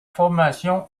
formation